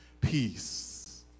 peace